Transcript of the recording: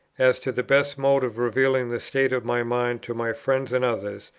as to the best mode of revealing the state of my mind to my friends and others,